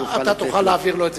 אוכל לתת לו.